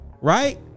right